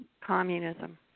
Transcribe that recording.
communism